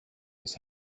his